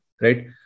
Right